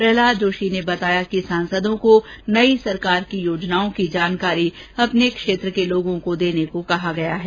प्रहलाद जोशी ने बताया कि सांसदों को सरकार की नई योजनाओं की जानकारी अपने क्षेत्र के लोगों को देने को कहा गया है